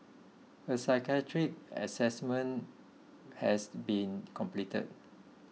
a psychiatric assessment has been completed